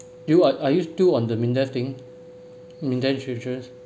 you are are you still on the MINDEF thing MINDEF insurance